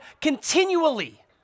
continually